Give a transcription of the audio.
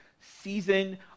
season